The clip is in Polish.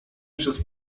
przez